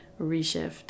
reshift